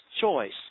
choice